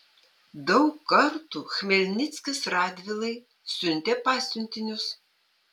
daug kartų chmelnickis radvilai siuntė pasiuntinius